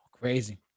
Crazy